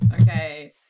Okay